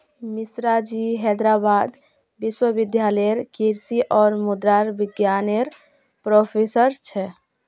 मिश्राजी हैदराबाद विश्वविद्यालय लेरे कृषि और मुद्रा विज्ञान नेर प्रोफ़ेसर छे